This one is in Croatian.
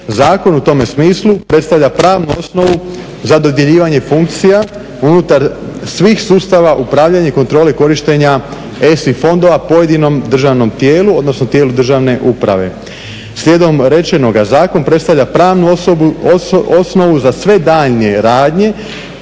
Zakon u tome smislu predstavlja pravnu osnovu za dodjeljivanje funkcija unutar svih sustava upravljanja i kontrole korištenja ESI fondova pojedinom državnom tijelu, odnosno tijelu državne uprave. Slijedom rečenoga zakon predstavlja pravnu osnovu za sve daljnje radnje